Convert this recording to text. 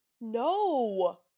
No